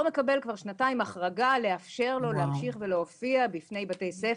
לא מקבל כבר שנתיים החרגה כדי לאפשר להופיע בפני בתי ספר.